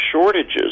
shortages